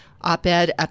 op-ed